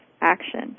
action